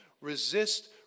resist